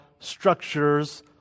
structures